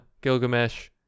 Gilgamesh